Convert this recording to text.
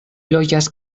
loĝas